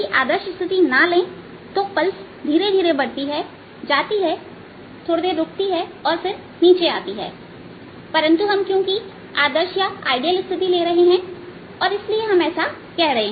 आदर्श स्थिति ना लें तो पल्स धीरे धीरे बढ़ती हैजाती है यहां रूकती है और नीचे आती है परंतु हम आदर्श स्थिति ले रहे हैं और इसलिए हम ऐसा कह रहे हैं